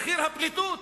מחיר הפליטות,